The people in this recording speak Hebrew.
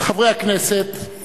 חברי הכנסת,